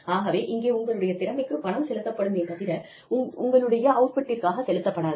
ஆகவே இங்கே உங்களுடைய திறமைக்கு பணம் செலுத்தப்படுமே தவிர உங்களுடைய அவுட்புட்டிற்காக செலுத்தப்படாது